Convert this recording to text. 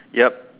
yup